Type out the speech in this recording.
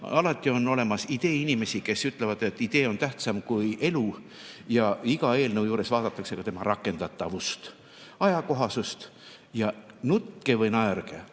alati on olemas ideeinimesi, kes ütlevad, et idee on tähtsam kui elu. Ent iga eelnõu juures vaadatakse ka tema rakendatavust, ajakohasust ja nutke või naerge,